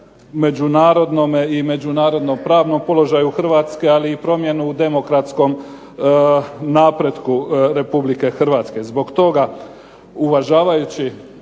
međunarodnome i međunarodnom pravnom položaju Hrvatske, ali i promjenu u demokratskom napretku Republike Hrvatske. Zbog toga uvažavajući